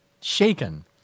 shaken